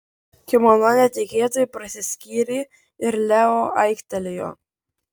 kimono netikėtai prasiskyrė ir leo aiktelėjo